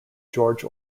george